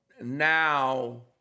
now